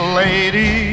lady